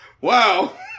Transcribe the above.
wow